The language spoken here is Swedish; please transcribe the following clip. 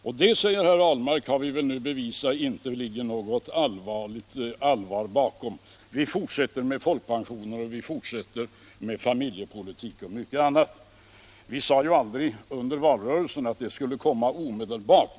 Och det, säger herr Ahlmark, har man väl nu bevisat inte låg något allvar bakom — man fortsätter med folkpensioner och familjepolitiken och mycket annat. Vi socialdemokrater sade ju aldrig i valrörelsen att den här försämringen skulle komma omedelbart.